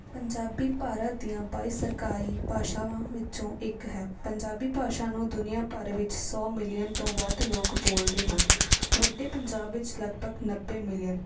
ਪੰਜਾਬੀ ਭਾਰਤ ਦੀਆਂ ਬਾਈ ਸਰਕਾਰੀ ਭਾਸ਼ਾਵਾਂ ਵਿੱਚੋਂ ਇੱਕ ਹੈ ਪੰਜਾਬੀ ਭਾਸ਼ਾ ਨੂੰ ਦੁਨੀਆਂ ਭਰ ਵਿੱਚ ਸੌ ਮਿਲੀਅਨ ਤੋਂ ਵੱਧ ਲੋਕ ਬੋਲਦੇ ਹਨ ਵੱਡੇ ਪੰਜਾਬ ਵਿੱਚ ਲਗਭਗ ਨੱਬੇ ਮਿਲੀਅਨ